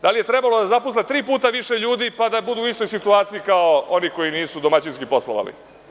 Da li je trebalo da zaposle tri puta više ljudi pa da budu u istoj situaciji kao oni koji nisu domaćinski poslovali?